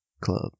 Club